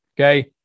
okay